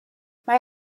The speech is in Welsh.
mae